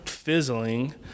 fizzling